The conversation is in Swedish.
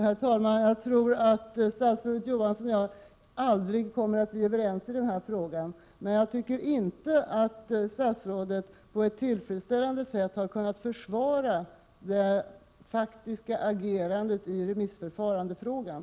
Herr talman! Jag tror att statsrådet Johansson och jag aldrig kommer att bli överens i denna fråga. Jag tycker emellertid inte att statsrådet på ett tillfredsställande sätt har kunnat försvara det faktiska agerandet i remissförfarandefrågan.